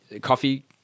coffee